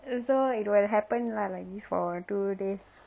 you had happen lah like this for two days